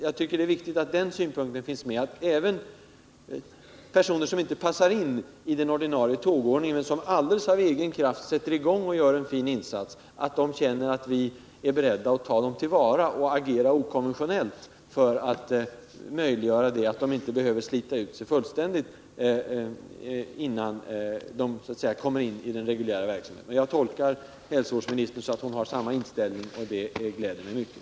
Jag tycker att det är viktigt att den synpunkten finns med, att även personer som inte passar in i den ordinarie tågordningen men som helt av egen kraft sätter i gång någonting och gör fina insatser känner att vi är beredda att ta vara på deras initiativ och handla okonventionellt. De skall inte behöva slita ut sig fullständigt, innan de kommer in i den reguljära verksamheten. Jag tolkar hälsovårdsministerns inlägg så, att hon har samma inställning som jag, och det gläder mig mycket.